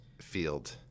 field